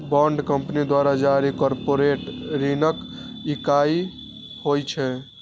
bond company द्वारा जारी corporate ऋणक इकाइ होइ छै